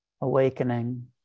awakening